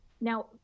Now